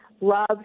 love